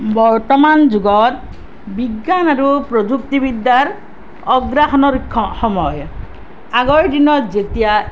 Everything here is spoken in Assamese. বৰ্তমান যুগত বিজ্ঞান আৰু প্ৰযুক্তিবিদ্য়াৰ অগ্ৰাসনৰ সময় আগৰ দিনত যেতিয়া